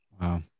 Wow